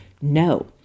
no